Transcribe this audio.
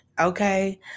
okay